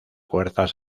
fuerzas